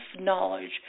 knowledge